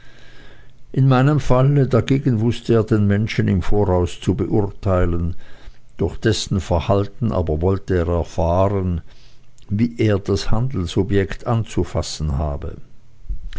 in meinem falle dagegen wußte er den menschen im voraus zu beurteilen durch dessen verhalten aber wollte er erfahren wie er das handelsobjekt anzufassen habe